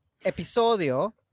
episodio